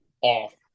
off